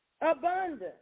abundance